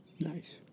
Nice